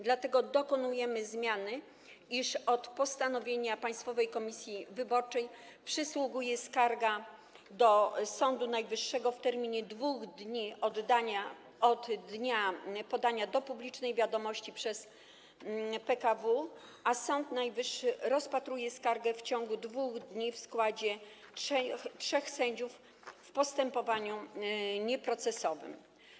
Dlatego dokonujemy zmiany, iż od postanowienia Państwowej Komisji Wyborczej przysługuje skarga do Sądu Najwyższego w terminie 2 dni od dnia podania do publicznej wiadomości przez PKW, a Sąd Najwyższy rozpatruje skargę w ciągu 2 dni w składzie trzech sędziów w postępowaniu nieprocesowym.